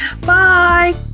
bye